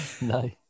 No